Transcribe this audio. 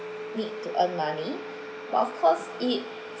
need to earn money but of course it